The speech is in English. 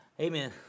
Amen